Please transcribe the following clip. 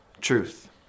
Truth